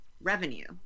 revenue